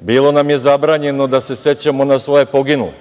Bilo nam je zabranjeno da se sećamo na svoje poginule.